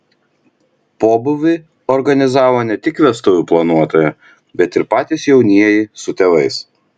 pobūvį organizavo ne tik vestuvių planuotoja bet ir patys jaunieji su tėvais